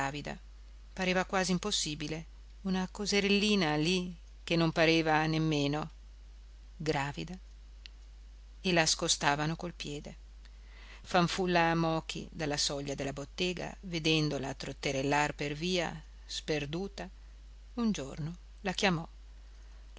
pareva quasi impossibile una coserellina così che non pareva nemmeno gravida e la scostavano col piede fanfulla mochi dalla soglia della bottega vedendola trotterellar per via sperduta un giorno la chiamò